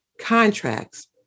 contracts